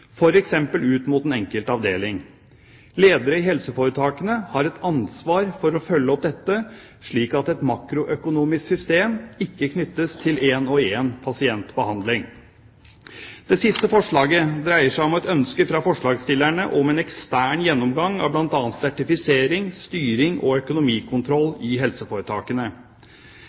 ut mot den enkelte avdeling. Ledere i helseforetakene har et ansvar for å følge opp dette, slik at et makroøkonomisk system ikke knyttes til én og én pasientbehandling. Det siste forslaget dreier seg om et ønske fra forslagsstillerne om en ekstern gjennomgang av bl.a. sertifisering, styring og økonomikontroll i helseforetakene.